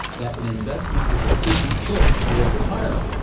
that an investment is a prudent choice for retirement.